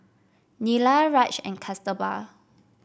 Neila Raj and Kasturba